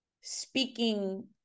speaking